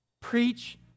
preach